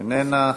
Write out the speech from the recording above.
איננה.